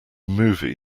movie